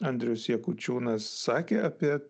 andrius jakučiūnas sakė apie